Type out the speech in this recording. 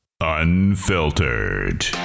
Unfiltered